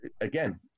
again